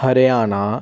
Haryana